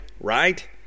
right